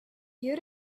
you